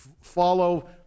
follow